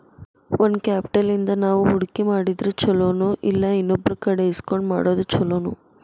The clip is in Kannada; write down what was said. ಓನ್ ಕ್ಯಾಪ್ಟಲ್ ಇಂದಾ ನಾವು ಹೂಡ್ಕಿ ಮಾಡಿದ್ರ ಛಲೊನೊಇಲ್ಲಾ ಇನ್ನೊಬ್ರಕಡೆ ಇಸ್ಕೊಂಡ್ ಮಾಡೊದ್ ಛೊಲೊನೊ?